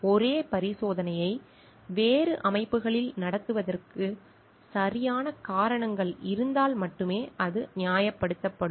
ஒரே பரிசோதனையை வேறு அமைப்புகளில் நடத்துவதற்கு சரியான காரணங்கள் இருந்தால் மட்டுமே அது நியாயப்படுத்தப்படும்